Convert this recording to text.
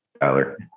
Tyler